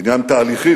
עניין תהליכי,